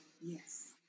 yes